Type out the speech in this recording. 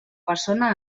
persona